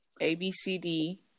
A-B-C-D